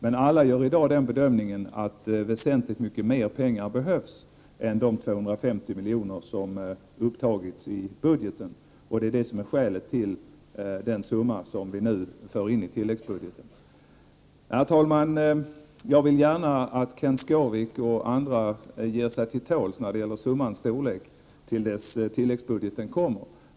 Alla berörda gör i dag den bedömningen att väsentligt mycket mer pengar behövs än de 250 milj.kr. som upptagits i budgeten. Detta är skälet till att vi fattat beslut om att tillföra bilstödsanslaget ytterligare medel i tilläggsbudgeten. Herr talman! Jag vill gärna att Kenth Skårvik och andra ger sig till tåls beträffande summans storlek till dess att tilläggsbudgeten kommer.